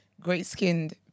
great-skinned